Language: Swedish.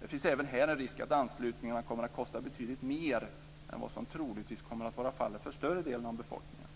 Det finns även här en risk att anslutningarna kommer att kosta betydligt mer än vad som troligtvis kommer att vara fallet för större delen av befolkningen.